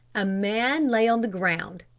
a man lay on the ground,